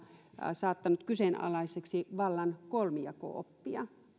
saattanut kyseenalaiseksi vallan kolmijako oppia